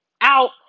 out